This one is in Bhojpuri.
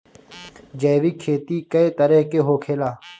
जैविक खेती कए तरह के होखेला?